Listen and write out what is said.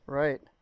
right